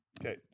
Okay